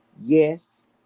yes